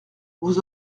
vous